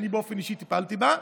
שאני באופן אישי טיפלתי בה,